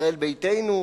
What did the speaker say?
בישראל ביתנו,